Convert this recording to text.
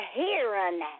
hearing